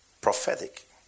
Prophetic